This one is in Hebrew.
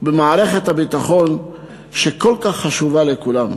במערכת הביטחון שכל כך חשובה לכולם.